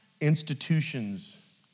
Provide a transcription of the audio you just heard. institutions